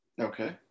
Okay